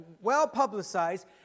well-publicized